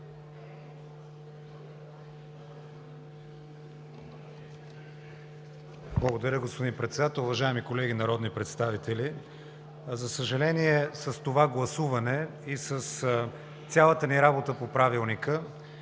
Благодаря, господин Председател. Уважаеми колеги народни представители, за съжаление, с това гласуване и с цялата ни работа по Правилника